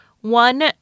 One